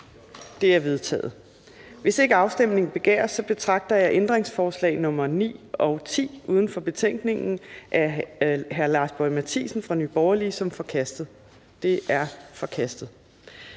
Det er vedtaget. Hvis ikke afstemning begæres, betragter jeg ændringsforslag nr. 9 og 10 uden for betænkningen af Lars Boje Mathiesen (NB) som forkastet. De er forkastet.